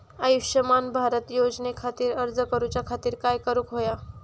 आयुष्यमान भारत योजने खातिर अर्ज करूच्या खातिर काय करुक होया?